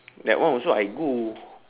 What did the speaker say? that one also I go